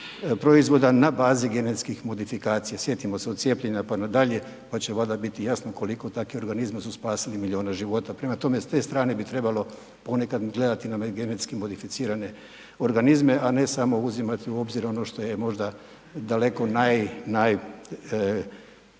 proizvoda na bazi genetskih modifikacija. Sjetimo se od cijepljenja pa na dalje, pa će valjda biti jasno koliko takvi organizmi su spasili milijune života, prema tome s te strane bi trebalo ponekad gledati na GMO, a ne samo uzimati u obzir ono što je možda daleko najrizičnije